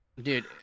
Dude